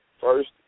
First